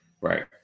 right